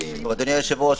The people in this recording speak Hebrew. אדוני היושב-ראש,